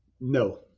No